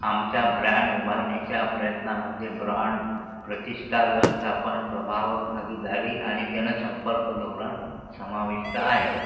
आमच्या ब्रँड उभारणीच्या प्रयत्नांमध्ये ब्रांड प्रतिष्ठा व्यवस्थापन प्रभावक भागीदारी आणि जनसंपर्क धोरण समाविष्ट आहेत